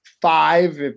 five